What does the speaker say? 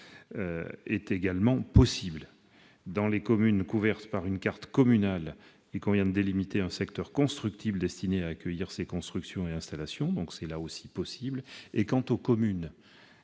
est également possible. Dans les communes couvertes par une carte communale, il convient de délimiter un secteur constructible destiné à accueillir ces constructions et installations. Quant aux communes